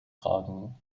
tragen